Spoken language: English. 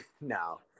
No